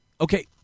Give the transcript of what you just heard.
Okay